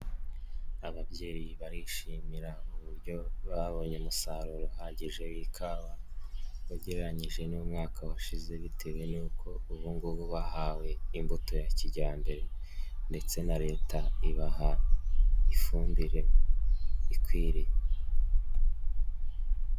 Ababyeyi barishimira uburyo babonye umusaruro uhagije w'ikawa, ugereranyije n'umwaka washize bitewe n'uko ubu ngubu bahawe imbuto ya kijyambere ndetse na Leta ibaha ifumbire ikwiriye.